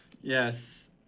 Yes